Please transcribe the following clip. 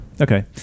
Okay